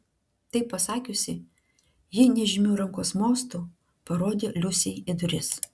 tai pasakiusi ji nežymiu rankos mostu parodė liusei į duris